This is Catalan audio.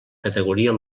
categoria